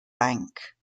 bank